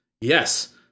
Yes